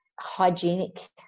hygienic